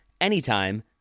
anytime